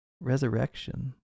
Resurrection